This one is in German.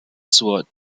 zur